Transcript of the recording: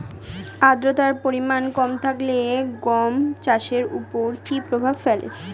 আদ্রতার পরিমাণ কম থাকলে গম চাষের ওপর কী প্রভাব ফেলে?